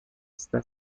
está